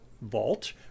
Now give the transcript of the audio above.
vault